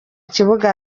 kibuga